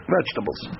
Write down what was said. Vegetables